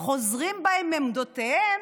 חוזרים בהם מעמדותיהם,